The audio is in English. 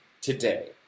today